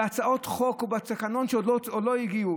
בהצעות חוק ובתקנות שעוד לא הגיעו,